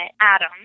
Adam